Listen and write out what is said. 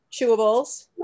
Chewables